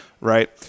right